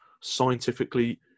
scientifically